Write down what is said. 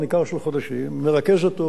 מרכז אותו ד"ר יהודה ניב,